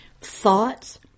thoughts